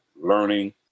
learning